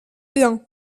bien